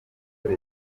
indi